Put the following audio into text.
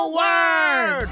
word